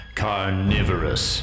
carnivorous